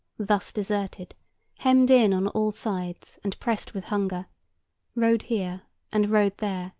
thus deserted hemmed in on all sides, and pressed with hunger rode here and rode there,